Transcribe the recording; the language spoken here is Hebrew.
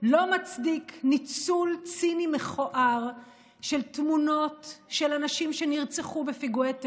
לא מצדיק ניצול ציני מכוער של תמונות של אנשים שנרצחו בפיגועי טרור.